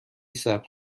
ثبت